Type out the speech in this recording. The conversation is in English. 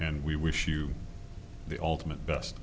and we wish you the ultimate best